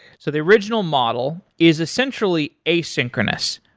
so the original model is essentially asynchronous.